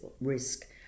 risk